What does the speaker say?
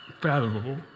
fathomable